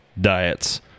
diets